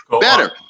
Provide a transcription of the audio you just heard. better